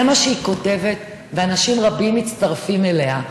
זה מה שהיא כותבת, ואנשים רבים מצטרפים אליה.